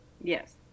Yes